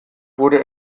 wurde